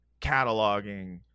cataloging